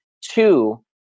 Two